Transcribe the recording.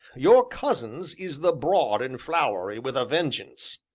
your cousin's is the broad and flowery, with a vengeance.